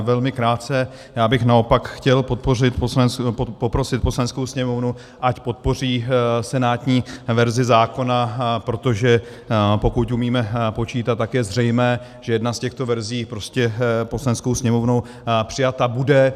Velmi krátce já bych naopak chtěl poprosit Poslaneckou sněmovnu, ať podpoří senátní verzi zákona, protože pokud umíme počítat, tak je zřejmé, že jedna z těchto verzí prostě Poslaneckou sněmovnou přijata bude.